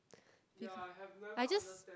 i just